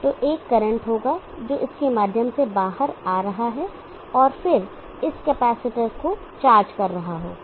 तो एक करंट होगा जो इसके माध्यम से बाहर आ रहा है और फिर यह इस कैपेसिटर को चार्ज कर रहा होगा